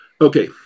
Okay